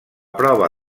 prova